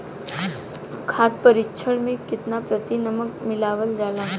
खाद्य परिक्षण में केतना प्रतिशत नमक मिलावल जाला?